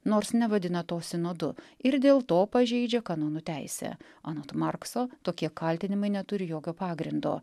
nors nevadina to sinodu ir dėl to pažeidžia kanonų teisę anot markso tokie kaltinimai neturi jokio pagrindo